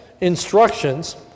instructions